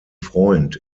freund